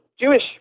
Jewish